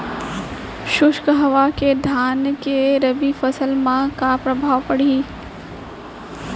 शुष्क हवा के धान के रबि फसल मा का प्रभाव पड़ही?